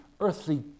earthly